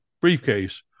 briefcase